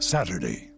Saturday